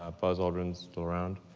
buzz aldrin's still around.